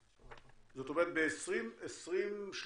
זאת אומרת ב-2030